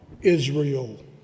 Israel